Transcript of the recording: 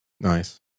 Nice